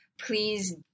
please